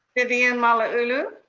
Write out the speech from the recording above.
vivian malauulu.